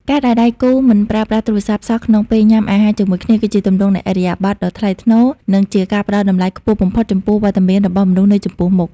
ការដែលដៃគូមិនប្រើប្រាស់ទូរស័ព្ទសោះក្នុងពេលញ៉ាំអាហារជាមួយគ្នា គឺជាទម្រង់នៃឥរិយាបថដ៏ថ្លៃថ្នូរ និងជាការផ្ដល់តម្លៃខ្ពស់បំផុតចំពោះវត្តមានរបស់មនុស្សនៅចំពោះមុខ។